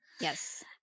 yes